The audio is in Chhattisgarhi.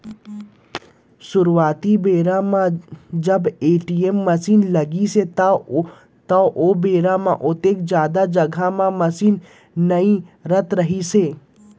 सुरूवाती बेरा म जब ए.टी.एम मसीन लगिस त ओ बेरा म ओतेक जादा जघा म मसीन नइ रहत रहिस